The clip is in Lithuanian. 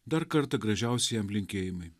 dar kartą gražiausi jam linkėjimai